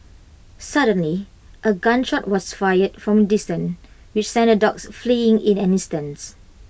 suddenly A gun shot was fired from distance which sent the dogs fleeing in an instance